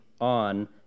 on